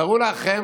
תארו לכם